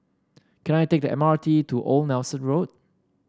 can I take the M R T to Old Nelson Road